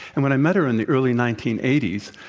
and when i met her in the early nineteen eighty s,